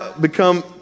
become